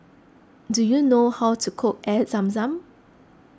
do you know how to cook Air Zam Zam